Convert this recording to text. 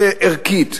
וערכית,